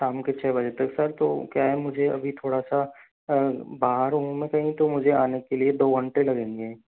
शाम के छः बजे तक सर तो क्या है मुझे अभी थोड़ा सा बाहर हूँ कहीं तो मुझे आने के लिए दो घण्टे लगेंगे